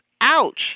ouch